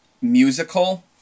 musical